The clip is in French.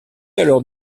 alors